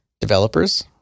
developers